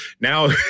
now